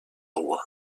rois